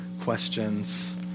questions